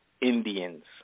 Indians